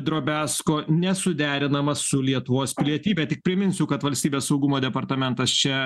drobesko nesuderinamas su lietuvos pilietybe tik priminsiu kad valstybės saugumo departamentas čia